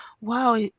wow